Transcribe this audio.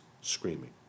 screaming